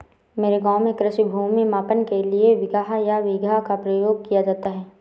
मेरे गांव में कृषि भूमि मापन के लिए बिगहा या बीघा का प्रयोग किया जाता है